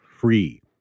free